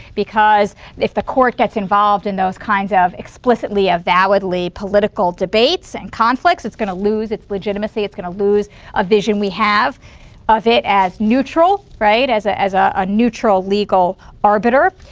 because if the court gets involved in those kinds of explicitly, avowedly political debates and conflicts, it's going to lose its legitimacy. it's going to lose a vision we have of it as neutral, right? as ah a ah ah neutral legal arbiter.